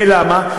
ולמה?